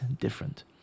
different